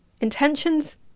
Intentions